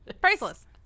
priceless